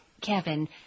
Kevin